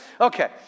Okay